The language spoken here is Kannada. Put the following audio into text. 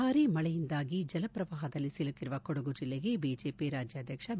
ಬಾರಿ ಮಳೆಯಿಂದಾಗಿ ಜಲಪ್ರವಾಹದಲ್ಲಿ ಸಿಲುಕಿರುವ ಕೊಡಗು ಜಿಲ್ಲೆಗೆ ಬಿಜೆಪಿ ರಾಜ್ಯಾಧ್ವಕ್ಷ ಬಿ